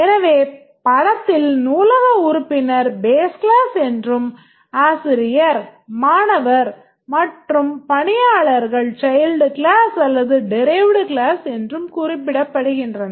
எனவே படத்தில் நூலக உறுப்பினர் base class என்றும் ஆசிரியர் மாணவர் மற்றும் பணியாளர்கள் child class அல்லது derived class என்றும் குறிப்பிடப்படுகின்றன